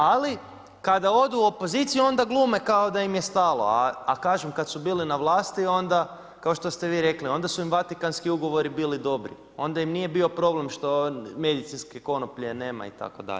Ali kada odu u opoziciju onda glume kao da im je stalo, a kažem kada su bili na vlasti kao što ste vi rekli onda su im Vatikanski ugovori bili dobri, onda im nije bio problem što medicinske konoplje itd.